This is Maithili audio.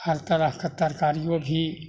हर तरहके तरकारियो भी